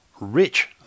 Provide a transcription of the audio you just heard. rich